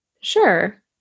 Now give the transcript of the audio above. sure